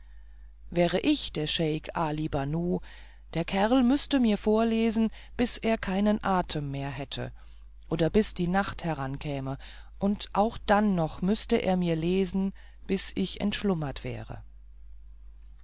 wäre ich der scheik ali banu der kerl müßte mir vorlesen bis er keinen atem mehr hätte oder bis die nacht heraufkäme und auch dann noch müßte er mir lesen bis ich entschlummert wäre